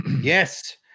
Yes